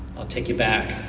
i'll take you back.